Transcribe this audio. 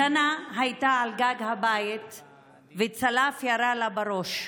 ג'אנה הייתה על גג הבית וצלף ירה לה בראש.